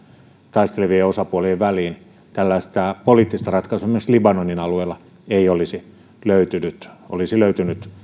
taistelevien osapuolien väliin tällaista poliittista ratkaisua myöskään libanonin alueella ei olisi löytynyt olisi löytynyt